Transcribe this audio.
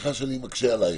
סליחה שאני מקשה עלייך.